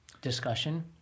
discussion